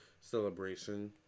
celebration